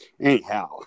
anyhow